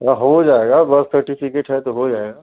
हाँ हो जाएगा बर्थ सर्टिफ़िकेट है तो हो जाएगा